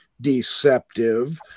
deceptive